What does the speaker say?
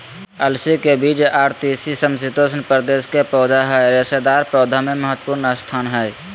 अलसी के बीज आर तीसी समशितोष्ण प्रदेश के पौधा हई रेशेदार पौधा मे महत्वपूर्ण स्थान हई